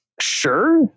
sure